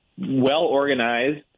well-organized